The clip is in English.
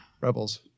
Rebels